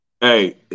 Hey